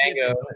Mango